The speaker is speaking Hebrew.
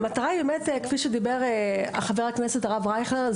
כפי שדיבר חבר הכנסת הרב אייכלר,